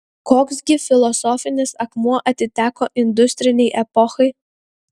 koks gi filosofinis akmuo atiteko industrinei epochai